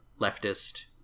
leftist